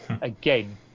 again